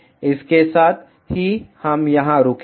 इसके साथ ही हम यहां रुकेंगे